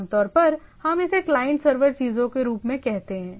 आमतौर पर हम इसे क्लाइंट सर्वर चीजों के रूप में कहते हैं